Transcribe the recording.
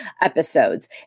episodes